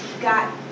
got